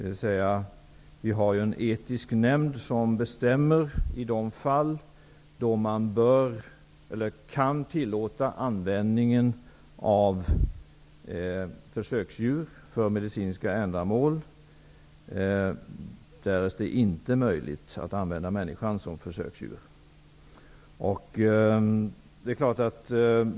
Vi har en etisk nämnd som bestämmer i de fall där man bör eller kan tillåta användningen av försöksdjur för medicinska ändamål, därest det inte är möjligt att använda människan som försöksdjur.